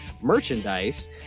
merchandise